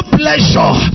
pleasure